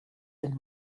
than